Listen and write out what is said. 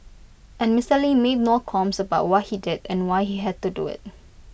and Mister lee made no qualms about what he did and why he had to do IT